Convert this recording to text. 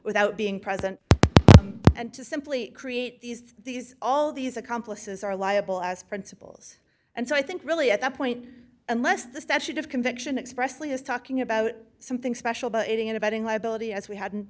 without being present and to simply create these these all these accomplices are liable as principles and so i think really at that point unless the statute of conviction expressly is talking about something special about it and abetting liability as we hadn't